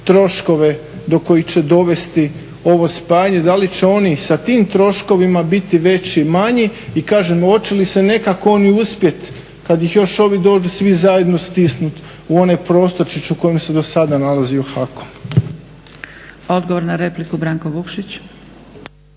troškove do kojih će dovesti ovo spajanje, da li će oni sa tim troškovima biti veći, manji. I kažem hoće li se nekako oni uspjeti kada ih još ovi dođu svi zajedno stisnuti u onaj prostorčić u kojem se do sada nalazio HAKOM. **Zgrebec, Dragica (SDP)** Odgovor na repliku Branko Vukšić.